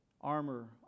armor